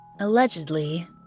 allegedly